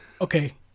Okay